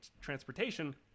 transportation